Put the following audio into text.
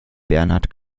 bernhard